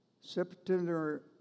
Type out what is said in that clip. September